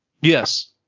Yes